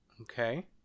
Okay